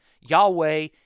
Yahweh